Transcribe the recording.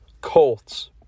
Colts